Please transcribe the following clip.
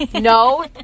no